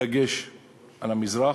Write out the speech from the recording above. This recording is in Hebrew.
בדגש על המזרח.